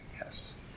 yes